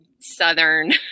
Southern